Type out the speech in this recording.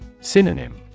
Synonym